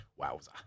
wowza